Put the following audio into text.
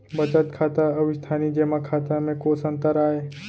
बचत खाता अऊ स्थानीय जेमा खाता में कोस अंतर आय?